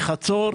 מחצור,